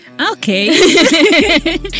Okay